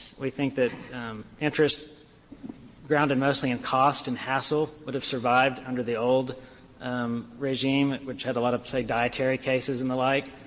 we think that interest grounded mostly in cost and hassle would have survived under the old regime which had a lot of, say, dietary cases and the like.